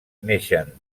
naixen